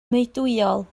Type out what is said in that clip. meudwyol